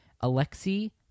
Alexei